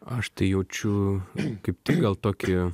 aš tai jaučiu kaip tik gal tokį